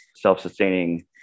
self-sustaining